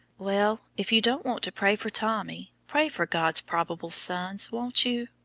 well, if you don't want to pray for tommy, pray for god's probable sons, won't you?